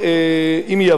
ואתם אישרתם אותה,